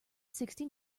sixty